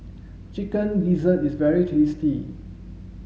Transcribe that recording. chicken gizzard is very tasty